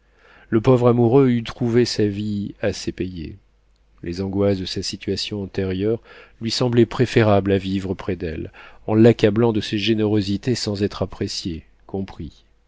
le pauvre amoureux eût trouvé sa vie assez payée les angoisses de sa situation antérieure lui semblaient préférables à vivre près d'elle en l'accablant de ses générosités sans être apprécié compris